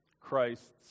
Christ's